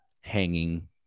hanging